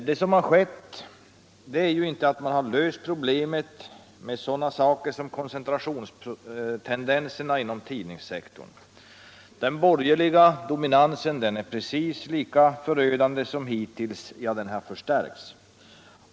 Det som har skett är ju inte att man har löst problemet med sådana saker som koncentrationstendenserna inom tidningssektorn. Den borgerliga dominansen är precis lika förödande som tidigare — ja, den har förstärkts.